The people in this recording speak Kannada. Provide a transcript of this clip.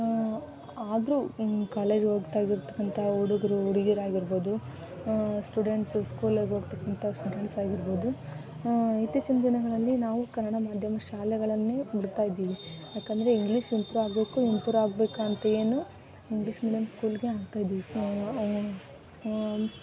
ಆದರೂ ಕಾಲೇಜ್ ಓದುತ್ತಾ ಇರತಕ್ಕಂಥ ಹುಡುಗ್ರು ಹುಡ್ಗೀರಾಗಿರ್ಬೋದು ಸ್ಟೂಡೆಂಟ್ಸು ಸ್ಕೂಲೆಗೆ ಹೋಗ್ತಕ್ಕಂತ ಸ್ಟೂಡೆಂಟ್ಸ್ ಆಗಿರ್ಬೋದು ಇತ್ತೀಚಿನ ದಿನಗಳಲ್ಲಿ ನಾವು ಕನ್ನಡ ಮಾಧ್ಯಮ ಶಾಲೆಗಳನ್ನೇ ಬಿಡ್ತಾ ಇದ್ದೀವಿ ಏಕಂದ್ರೆ ಇಂಗ್ಲೀಷ್ ಇಂಪ್ರೂ ಆಗಬೇಕು ಇಂಪ್ರೂ ಆಗಬೇಕು ಅಂತೇನು ಇಂಗ್ಲೀಷ್ ಮೀಡಿಯಮ್ ಸ್ಕೂಲ್ಗೆ ಹಾಕಿದ್ವಿ ಸೊ